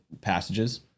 passages